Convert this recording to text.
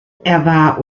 war